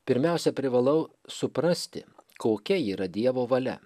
pirmiausia privalau suprasti kokia yra dievo valia